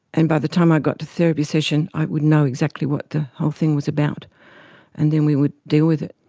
and by the time i got to the therapy session i would know exactly what the whole thing was about and then we would deal with it.